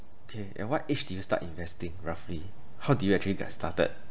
K at what age did you start investing roughly how do you actually get started